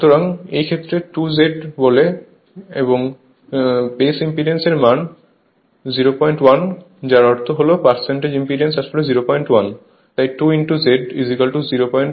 সুতরাং এই ক্ষেত্রে 2Z বলে এবং এখানে বেস ইম্পিডেন্স এর মান 01 যার অর্থ হল পার্সেন্টেজ ইম্পিডেন্স আসলে 01 তাই 2Z 01